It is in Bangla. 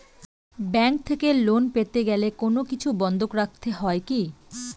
ব্যাংক থেকে লোন পেতে গেলে কোনো কিছু বন্ধক রাখতে হয় কি?